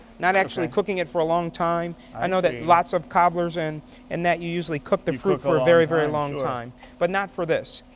not actually cooking it for a long time. i know that lots of cobblerles and and that you usually cook the fruit for a very very long time but not for this.